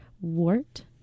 WART